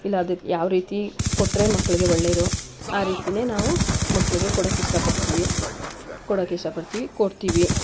ಇಲ್ಲ ಅದನ್ನ ಯಾವ ರೀತಿ ಕೊಟ್ಟರೆ ಮಕ್ಕಳಿಗೆ ಒಳ್ಳೆಯದು ಆ ರೀತಿಯೇ ನಾವು ಮಕ್ಕಳಿಗೆ ಕೊಡೋಕಿಷ್ಟ ಪಡ್ತೀವಿ ಕೊಡೋಕಿಷ್ಟ ಪಡ್ತೀವಿ ಕೊಡ್ತೀವಿ